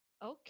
Okay